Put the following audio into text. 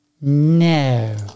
No